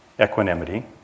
equanimity